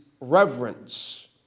reverence